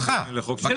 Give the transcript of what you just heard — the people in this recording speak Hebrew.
קרית שמונה ועפולה,